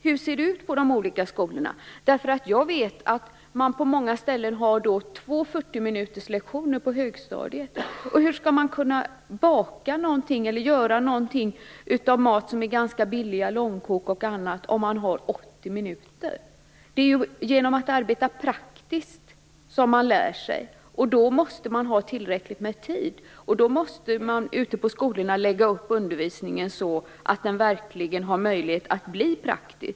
Hur ser det ut på de olika skolorna? Jag vet att man på många ställen har två fyrtiominuterslektioner på högstadiet. Hur skall man kunna baka eller göra mat som är billig, långkok och annat, och man har 80 minuter på sig? Det är genom att arbeta praktiskt som man lär sig. Då måste man har tillräckligt med tid. Man måste på skolorna lägga upp undervisningen så att den verkligen har möjlighet att bli praktisk.